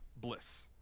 bliss